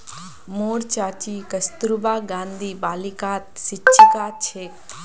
मोर चाची कस्तूरबा गांधी बालिकात शिक्षिका छेक